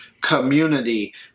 community